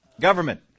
government